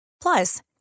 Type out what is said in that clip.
Plus